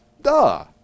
duh